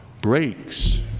breaks